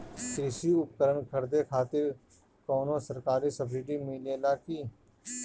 कृषी उपकरण खरीदे खातिर कउनो सरकारी सब्सीडी मिलेला की?